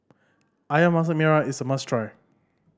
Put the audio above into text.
Ayam Masak Merah is a must try